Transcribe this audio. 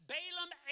Balaam